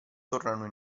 tornano